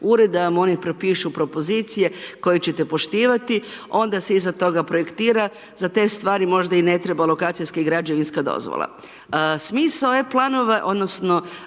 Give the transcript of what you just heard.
da vam oni propišu propozicije koje ćete poštivati. Onda se iza toga projektira. Za te stvari možda i ne treba lokacijska i građevinska dozvola. Smisao e planova, odnosno